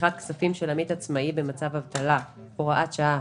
(משיכת כספים של עמית-עצמאי במצב אבטלה) (הוראת שעה),